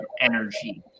energy